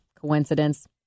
Coincidence